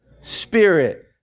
spirit